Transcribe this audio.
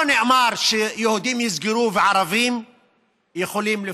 לא נאמר שיהודים יסגרו וערבים יכולים לפתוח.